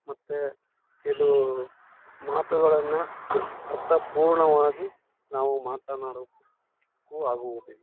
ಮತ್ತು ಕೆಲವು ಮಾತುಗಳನ್ನು ಅರ್ಥಪೂರ್ಣವಾಗಿ ನಾವು ಮಾತನಾಡೋಕ್ಕೂ ಆಗುವುದಿಲ್ಲ